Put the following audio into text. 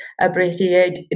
appreciate